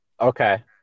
Okay